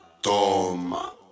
toma